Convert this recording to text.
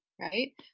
right